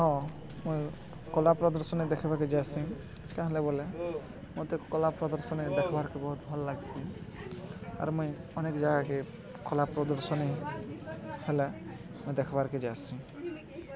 ହଁ ମୁଇଁ କଲା ପ୍ରଦର୍ଶନୀ ଦେଖ୍ବାକେ ଯାଏସି କାଁ ହେଲେ ବୋଲେ ମୋତେ କଲା ପ୍ରଦର୍ଶନୀ ଦେଖ୍ବାର୍କେ ବହୁତ୍ ଭଲ୍ ଲାଗ୍ସି ଆର୍ ମୁଇଁ ଅନେକ୍ ଜାଗାକେ କଲା ପ୍ରଦର୍ଶନୀ ହେଲା ମୁଇଁ ଦେଖ୍ବାର୍କେ ଯାଏସି